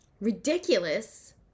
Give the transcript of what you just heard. ridiculous